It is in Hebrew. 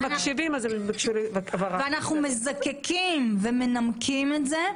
אנחנו מזקקים ומנמקים את זה,